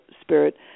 spirit